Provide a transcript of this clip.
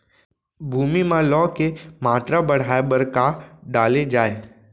भूमि मा लौह के मात्रा बढ़ाये बर का डाले जाये?